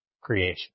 creation